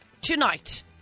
tonight